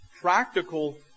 Practical